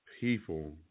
People